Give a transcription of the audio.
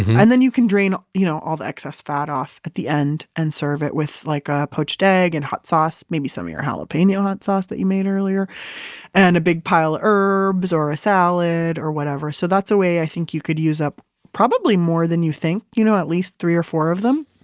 and then you can drain you know all the excess fat off, at the end. and serve it with like a poached egg and hot sauce, maybe some of your jalapeno hot sauce that you made earlier and a big pile of herbs or a salad or whatever. so that's the way i think you could use up probably more than you think, you know at least three or four of them.